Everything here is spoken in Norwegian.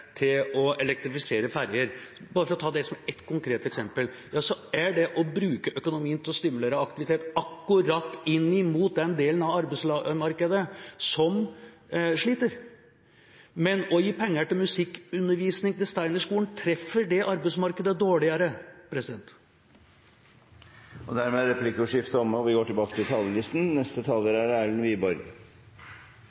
til å elektrifisere ferjer – bare for å ta det som ett konkret eksempel – er det å bruke økonomien til å stimulere aktivitet akkurat inn mot den delen av arbeidsmarkedet som sliter. Men å gi penger til musikkundervisning, til Steinerskolen, treffer arbeidsmarkedet dårligere. Replikkordskiftet er omme. Jeg vil også starte med å gratulere nyutnevnt arbeids- og sosialminister Anniken Hauglie. Jeg ser frem til